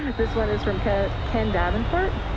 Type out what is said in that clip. this one is from ken ken davenport.